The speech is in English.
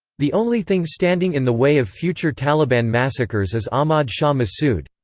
the only thing standing in the way of future taliban massacres is ahmad shah massoud.